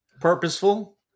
Purposeful